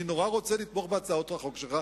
אני נורא רוצה לתמוך בהצעות החוק שלך,